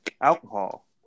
alcohol